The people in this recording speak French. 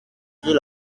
veux